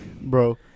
bro